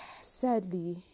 sadly